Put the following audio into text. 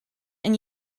and